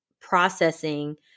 processing